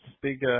Big